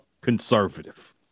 conservative